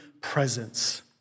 presence